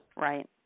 Right